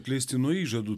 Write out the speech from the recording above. atleisti nuo įžadų